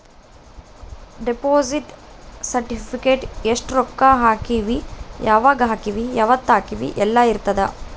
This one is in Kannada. ದೆಪೊಸಿಟ್ ಸೆರ್ಟಿಫಿಕೇಟ ಎಸ್ಟ ರೊಕ್ಕ ಹಾಕೀವಿ ಯಾವಾಗ ಹಾಕೀವಿ ಯಾವತ್ತ ಹಾಕೀವಿ ಯೆಲ್ಲ ಇರತದ